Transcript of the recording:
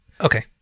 Okay